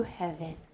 heaven